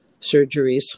surgeries